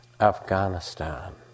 Afghanistan